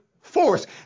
force